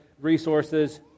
resources